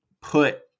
put